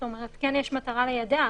כן יש מטרה ליידע,